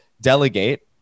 delegate